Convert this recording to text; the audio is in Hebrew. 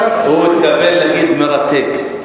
הוא התכוון להגיד מרתק.